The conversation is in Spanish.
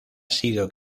sido